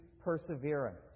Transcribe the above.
perseverance